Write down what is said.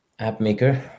AppMaker